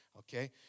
Okay